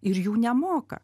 ir jų nemoka